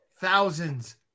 thousands